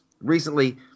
Recently